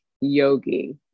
Yogi